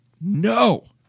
no